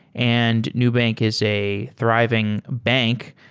and nubank is a thriving bank.